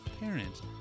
parents